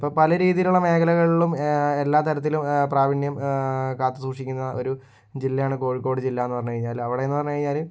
ഇപ്പോൾ പലരീതിയിലുള്ള മേഖലകളിലും എല്ലാ തരത്തിലും പ്രാവീണ്യം കാത്തു സൂക്ഷിക്കുന്ന ഒരു ജില്ലയാണ് കോഴിക്കോട് ജില്ല എന്ന് പറഞ്ഞു കഴിഞ്ഞാൽ അവിടെ എന്ന് പറഞ്ഞു കഴിഞ്ഞാല്